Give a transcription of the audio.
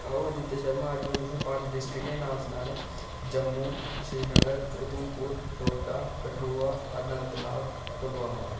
अं'ऊ आदित्य शर्मा अज्ज में तुसेंगी पंज डिस्ट्रिक्टें दे नांऽ सनाने जम्मू श्रीनगर उधमपुर डोडा कठुआ अनंतनाग पुलवामा